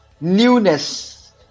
newness